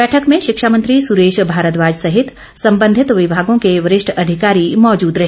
बैठक में शिक्षा मंत्री सुरेश भारद्वाज सहित संबंधित विभागों के वरिष्ठ अधिकारी मौजूद रहे